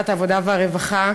בוועדת העבודה והרווחה.